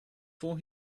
for